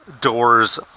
doors